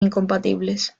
incompatibles